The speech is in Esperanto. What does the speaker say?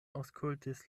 aŭskultis